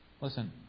Listen